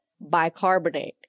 bicarbonate